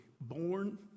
born